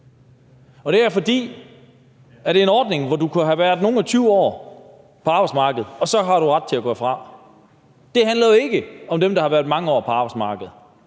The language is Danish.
Og det er jeg, fordi det er en ordning, hvor du kan have været nogle og tyve år på arbejdsmarkedet, og så har du ret til at gå fra. Det handler jo ikke om dem, der har været mange år på arbejdsmarkedet,